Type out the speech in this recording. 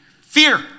Fear